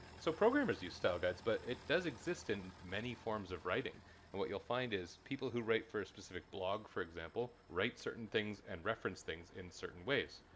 so programmers use style guides, but it does exist in many forms of writing and what you'll find is, people who write for a specific blog, for example, write certain things and reference things in certain ways.